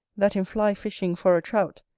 that in fly-fishing for a trout,